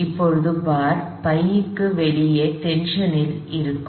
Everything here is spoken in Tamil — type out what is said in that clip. இப்போது பார் π க்கு வெளியே டென்ஷன் இல் இருக்க வேண்டும்